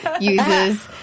uses